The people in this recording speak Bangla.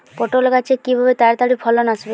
পটল গাছে কিভাবে তাড়াতাড়ি ফলন আসবে?